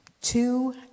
Two